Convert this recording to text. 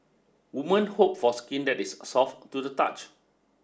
woman hope for skin that is soft to the touch